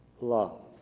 love